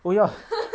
oh ya